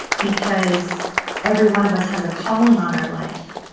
because every one of us has a calling on our life